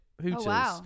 hooters